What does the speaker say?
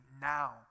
now